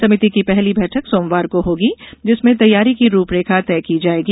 समिति की पहली बैठक सोमवार को होगी जिसमें तैयारी की रूपरेखा तय की जाएगी